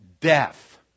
Death